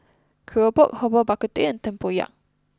Keropok Herbal Bak Ku Teh and Tempoyak